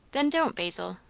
then don't, basil.